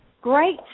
great